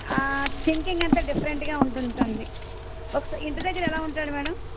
ఆ థింకింగ్ అంతా డిఫరెంట్గా ఉంటుంది తనది ఒకసా ఇంటి దగ్గర ఎలా ఉంటాడు మేడం